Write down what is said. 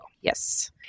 Yes